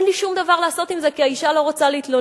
ואין לי שום דבר לעשות עם זה כי האשה לא רוצה להתלונן.